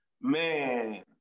man